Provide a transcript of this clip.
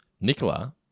Nicola